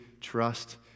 trust